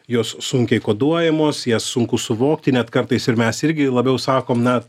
jos sunkiai koduojamos jas sunku suvokti net kartais ir mes irgi labiau sakom na